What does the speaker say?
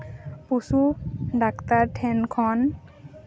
ᱯᱩᱥᱩ doctor ᱴᱷᱮᱱ ᱠᱷᱚᱱ